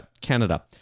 Canada